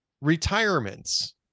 retirements